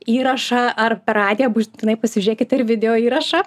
įrašą ar per radiją būtinai pasižiūrėkit ir video įrašą